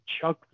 chug